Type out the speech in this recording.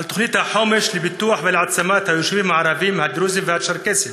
על תוכנית לפיתוח ולהעצמת היישובים הערביים הדרוזיים והצ'רקסיים